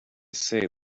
say